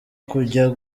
kujya